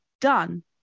done